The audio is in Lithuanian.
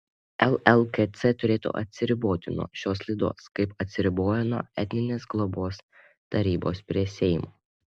llkc turėtų atsiriboti nuo šios laidos kaip atsiribojo nuo etninės globos tarybos prie seimo